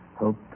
Hope